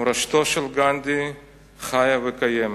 מורשתו של גנדי חיה וקיימת.